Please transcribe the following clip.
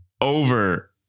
over